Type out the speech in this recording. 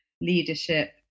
leadership